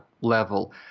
level